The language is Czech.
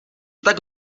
tak